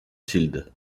tilde